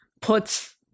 puts